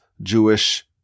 Jewish